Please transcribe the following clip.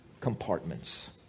compartments